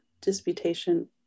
disputation